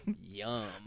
Yum